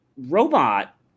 Robot